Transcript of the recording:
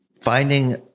finding